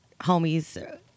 homies